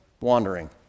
wandering